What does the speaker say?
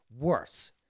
worse